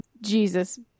Jesus